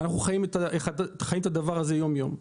אנחנו חיים את זה יום יום.